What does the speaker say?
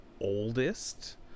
oldest